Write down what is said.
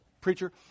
Preacher